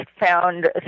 found